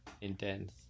intense